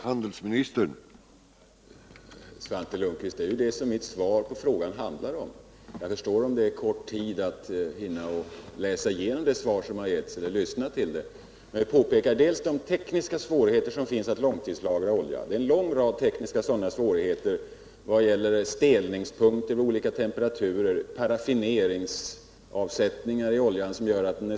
Herr talman! Det är det mitt svar på frågan handlar om, Svante Lundkvist. Jag förstår att det är svårt att på kort tid, efter en genomläsning och efter att ha lyssnat till mig, smälta innehållet. Jag pekar ju bl.a. på de tekniska svårigheter som finns att långtidslagra olja — i vad gäller stelningspunkter vid olika temperaturer, paraffineringsavsättningar i oljan etc.